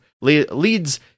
leads